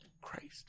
Christ